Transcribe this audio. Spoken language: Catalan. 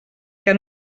que